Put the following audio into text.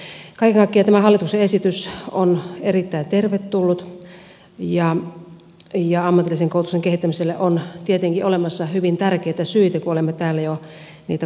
kaiken kaikkiaan tämä hallituksen esitys on erittäin tervetullut ja ammatillisen koulutuksen kehittämiselle on tietenkin olemassa hyvin tärkeitä syitä kuten olemme täällä niitä jo kuulleet